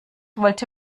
wollte